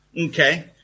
Okay